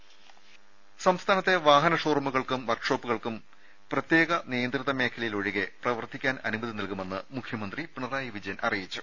രുര സംസ്ഥാനത്തെ വാഹനഷോറൂമുകൾക്കും വർക്ക്ഷോപ്പുക ൾക്കും പ്രത്യേക നിയന്ത്രിത മേഖലയിലൊഴികെ പ്രവർത്തിക്കാൻ അനുമതി നൽകുമെന്ന് മുഖ്യമന്ത്രി പിണറായി വിജയൻ അറിയിച്ചു